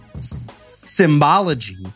symbology